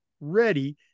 Ready